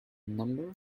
number